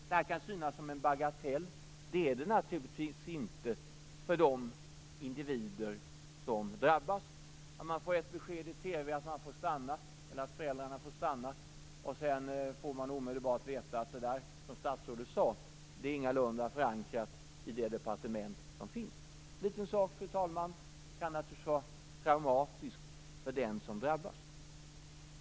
Det här kan synas som en bagatell. Det är det naturligtvis inte för de individer som drabbas. Man får ett besked i TV om att föräldrarna får stanna. Sedan får man omedelbart veta att det som statsrådet sade ingalunda är förankrat i det departement som finns. En liten sak, fru talman, kan naturligtvis vara traumatisk för den som drabbas.